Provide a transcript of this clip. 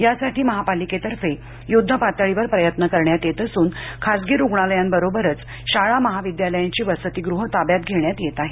यासाठी महापालिकेतर्फे युद्धपातळीवर प्रयत्न करण्यात येत असून खासगी रुग्णालयांबरोबर शाळा महाविद्यालयांची वसतीगृह ताब्यात घेण्यात येत आहेत